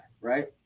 right